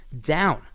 down